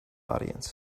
audience